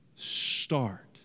Start